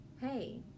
hey